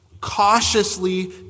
cautiously